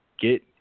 get